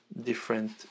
different